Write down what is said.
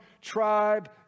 tribe